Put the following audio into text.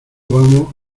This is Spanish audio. vamos